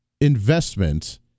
investment